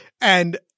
And-